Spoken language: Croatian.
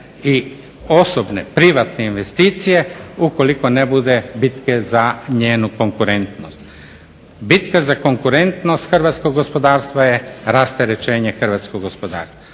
i osobne, privatne investicije ukoliko ne bude bitke za njenu konkurentnost. Bitka za konkurentnost hrvatskog gospodarstva je rasterećenje hrvatskog gospodarstva.